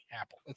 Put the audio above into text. Apple